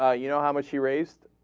ah you know how much she raised